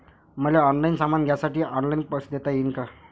मले ऑनलाईन सामान घ्यासाठी ऑनलाईन पैसे देता येईन का?